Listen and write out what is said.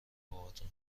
باهاتون